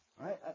Right